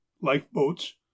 lifeboats